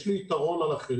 יש לי יתרון על אחרים,